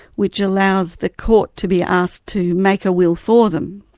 which allows the court to be asked to make a will for them.